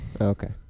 Okay